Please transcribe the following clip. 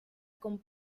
con